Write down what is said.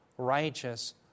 Righteous